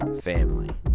family